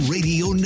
Radio